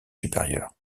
supérieures